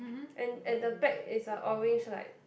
and at the back is a orange light